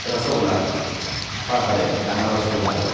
ৰসগোলাৰ হয় হয় ডাঙৰ ৰসগোলাটোৰ